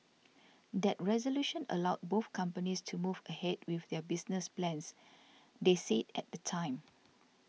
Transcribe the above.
that resolution allowed both companies to move ahead with their business plans they said at the time